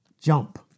jump